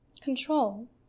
Control